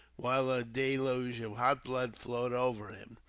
while a deluge of hot blood flowed over him.